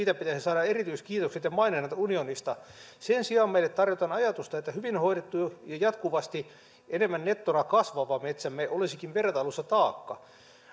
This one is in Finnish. pitäisi saada erityiskiitokset ja maininnat unionista sen sijaan meille tarjotaan ajatusta että hyvin hoidettu ja jatkuvasti enemmän nettona kasvava metsämme olisikin vertailussa taakka